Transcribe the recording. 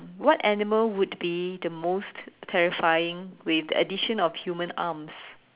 what animal would be the most terrifying with the addition of human arms